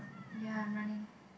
ya I'm running